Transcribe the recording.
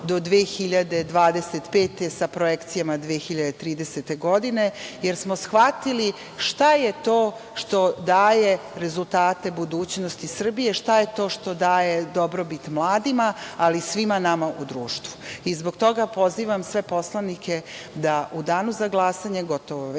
do 2025. godine sa projekcijama 2030. godine, jer smo shvatili šta je to što daje rezultate budućnosti Srbije, šta je to što daje dobrobit mladima, ali i svima nama u društvu. Zbog toga, pozivam sve poslanike da u danu za glasanje, gotovo već